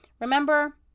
Remember